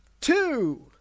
Two